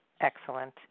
excellent